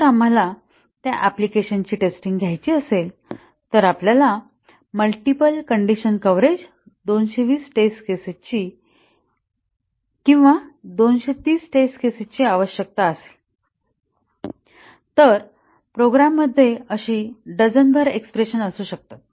जर आम्हाला त्या अँप्लिकेशन ची टेस्टिंग घ्यायची असेल तर आपल्याला multiple condition coverage 220 test cases ची किंवा 230 टेस्ट केसेस ची आवश्यकता असेल तर प्रोग्राममध्ये अशी डझनभर एक्स्प्रेशन असू शकतात